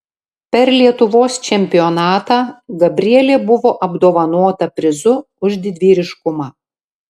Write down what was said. per lietuvos čempionatą gabrielė buvo apdovanota prizu už didvyriškumą